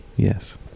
Yes